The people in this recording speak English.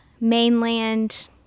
mainland